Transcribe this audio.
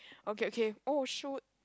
okay okay oh shoot